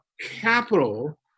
capital